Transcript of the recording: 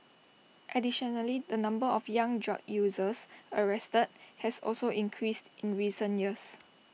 additionally the number of young drug users arrested has also increased in recent years